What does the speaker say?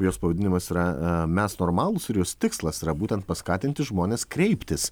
jos pavadinimas yra mes normalūs ir jos tikslas yra būtent paskatinti žmones kreiptis